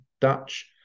dutch